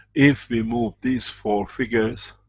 if we move these four figures,